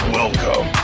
welcome